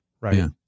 Right